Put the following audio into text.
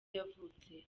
yavutse